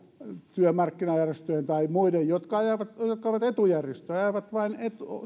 työmarkkinajärjestöjen tai muiden jotka ovat etujärjestöjä ja ajavat vain